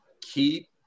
keep